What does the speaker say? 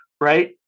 right